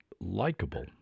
likable